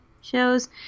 shows